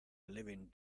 living